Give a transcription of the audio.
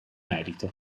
merito